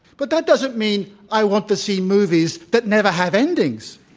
but that doesn't mean i want to see movies that never have endings